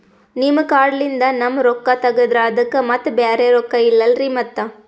ನಿಮ್ ಕಾರ್ಡ್ ಲಿಂದ ನಮ್ ರೊಕ್ಕ ತಗದ್ರ ಅದಕ್ಕ ಮತ್ತ ಬ್ಯಾರೆ ರೊಕ್ಕ ಇಲ್ಲಲ್ರಿ ಮತ್ತ?